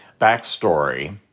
backstory